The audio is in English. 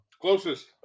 closest